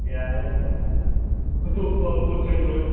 ꯌꯥꯏ ꯑꯇꯣꯞꯄ ꯄꯣꯠꯆꯩ ꯂꯣꯏ